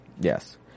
Yes